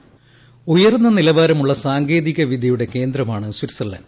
voice ഉയർന്ന നിലവാരമുള്ള സാങ്കേതികവിദ്യയുടെ കേന്ദ്രമാണ് സ്വിറ്റ്സർലന്റ്